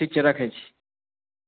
ठी छै रखै छी